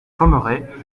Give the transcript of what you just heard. pommerais